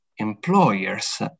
employers